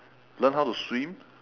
learn how to swim